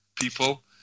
people